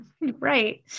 Right